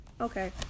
Okay